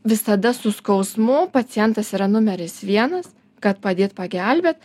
visada su skausmu pacientas yra numeris vienas kad padėt pagelbėt